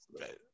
right